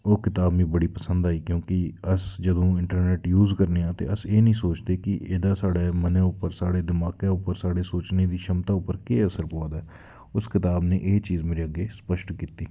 ओह् कताब मीं बड़ी पसंद आई क्योंकि अस जदूं इंटरनैट्ट यूज करने आं ते अस एह् निं सोचदे कि एह्दा साढ़े मनै उप्पर साढ़े दमाकै उप्पर साढ़े सोचने दी क्षमता उप्पर केह् असर पवा दा ऐ उस कताब ने एह् चीज मेरे अग्गें स्पश्ट कीती